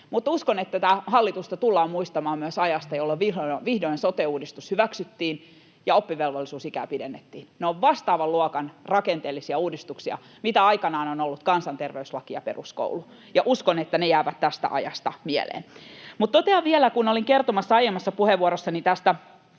Uskon, että tätä hallitusta tullaan muistamaan myös ajasta, jolloin vihdoin sote-uudistus hyväksyttiin ja oppivelvollisuusikää pidennettiin. Ne ovat vastaavan luokan rakenteellisia uudistuksia kuin mitä aikanaan on ollut kansanterveyslaki ja peruskoulu, ja uskon, että ne jäävät tästä ajasta mieleen. Olin kertomassa aiemmassa puheenvuorossani tästä